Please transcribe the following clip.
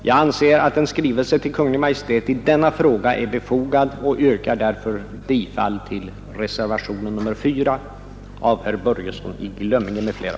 Jag anser att en skrivelse till Kungl. Maj:t i denna fråga är befogad och yrkar därför bifall till reservationen 4 av herr Börjesson i Glömminge m.fl.